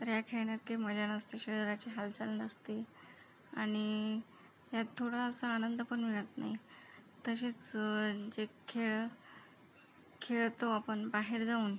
तर या खेळण्यात काही मजा नसते शरीराची हालचाल नसते आणि यात थोडा असा आनंद पण मिळत नाही तसेच जे खेळ खेळतो आपण बाहेर जाऊन